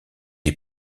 est